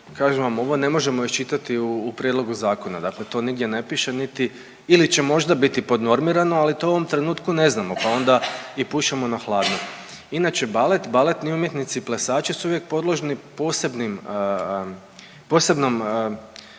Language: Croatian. kažem vam ovo ne možemo iščitati u Prijedlogu zakona. Dakle, to nigdje ne piše ili će možda biti podnormirano. Ali to u ovom trenutku ne znamo, pa onda i pušemo na hladno. Inače balet, baletni umjetnici, plesači su uvijek podložni posebnom režimu recimo